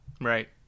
right